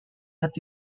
had